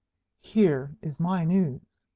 here is my news.